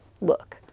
look